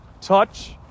touch